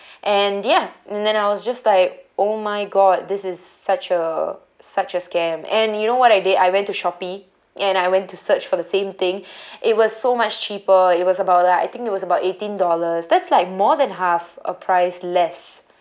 and ya and then I was just like oh my god this is such a such a scam and you know what I did I went to shopee and I went to search for the same thing it was so much cheaper it was about like I think it was about eighteen dollars that's like more than half a price less